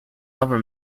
over